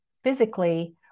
Physically